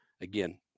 Again